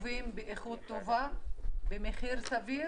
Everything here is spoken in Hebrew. טובות, באיכות טובה ובמחיר סביר